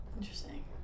Interesting